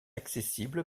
accessible